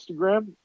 Instagram